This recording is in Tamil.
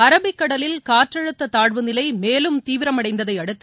அரபிக்கடலில் காற்றழுத்த தாழ்வு நிலை மேலும் தீவிரமடைந்ததையடுத்து